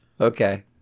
Okay